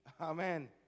Amen